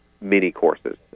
mini-courses